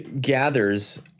gathers